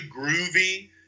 groovy